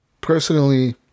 personally